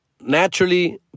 naturally